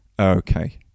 okay